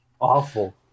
awful